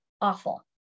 awful